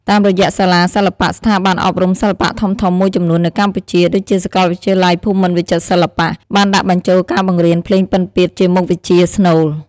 តាមរយៈសាលាសិល្បៈ ស្ថាប័នអប់រំសិល្បៈធំៗមួយចំនួននៅកម្ពុជា ដូចជាសាកលវិទ្យាល័យភូមិន្ទវិចិត្រសិល្បៈ បានដាក់បញ្ចូលការបង្រៀនភ្លេងពិណពាទ្យជាមុខវិជ្ជាស្នូល។